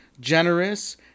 generous